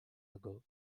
ago